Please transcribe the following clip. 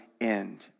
end